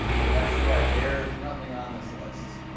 oh that's right, there's nothing on this list.